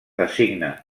designa